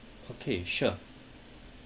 okay sure